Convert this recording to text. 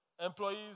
Employees